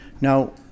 now